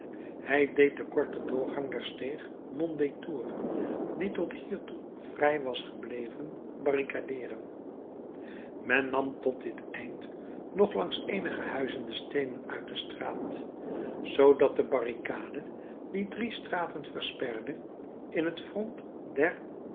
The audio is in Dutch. hij deed den korten doorgang der steeg mondétour die tot hiertoe vrij was gebleven barricadeeren men nam tot dit eind nog langs eenige huizen de steenen uit de straat zoodat de barricade die drie straten versperde in het front der